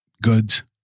goods